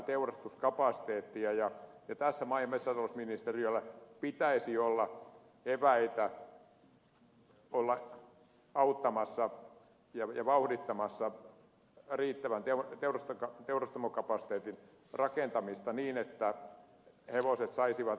tässä maa ja metsätalousministeriöllä pitäisi olla eväitä olla auttamassa ja vauhdittamassa riittävän teurastamokapasiteetin rakentamista niin että hevoset saisivat arvoisensa lopetuksen